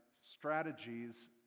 strategies